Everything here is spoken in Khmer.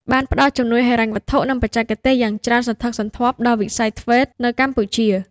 បានផ្តល់ជំនួយហិរញ្ញវត្ថុ និងបច្ចេកទេសយ៉ាងច្រើនសន្ធឹកសន្ធាប់ដល់វិស័យ ធ្វេត TVET នៅកម្ពុជា។